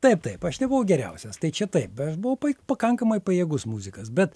taip taip aš nebuvau geriausias tai čia taip aš buvau pa pakankamai pajėgus muzikas bet